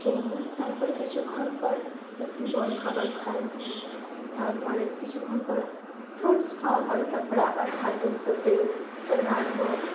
খেয়ে নিই তারপর কিছুক্ষণ পর একটু জলখাবার খাই তারপরে কিছুক্ষণ পরে ফ্রুটস খাওয়া হয় তারপরে আবার খাদ্যের সাথে স্যালাড হোক